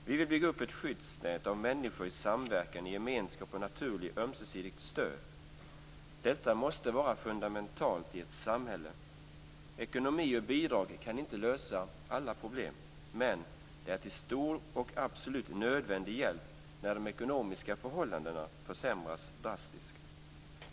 Vi vill bygga upp ett skyddsnät av människor i samverkan, i gemenskaper och naturligt ömsesidigt stöd. Detta måste vara fundamentalt i ett samhälle. Ekonomi och bidrag kan inte lösa alla problem, men de är till stor och absolut nödvändig hjälp när de ekonomiska förhållandena försämras drastiskt.